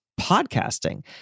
podcasting